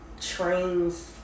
trains